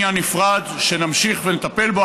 זה עניין נפרד שנמשיך ונטפל בו,